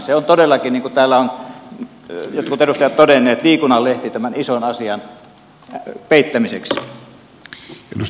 se on todellakin niin kuin täällä ovat jotkut edustajat todenneet viikunanlehti tämän ison asian peittämiseksi